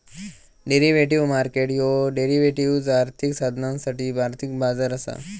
derivative market ह्यो derivatives, आर्थिक साधनांसाठी आर्थिक बाजार असा